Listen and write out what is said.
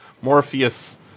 Morpheus